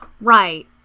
Right